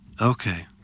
Okay